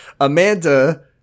Amanda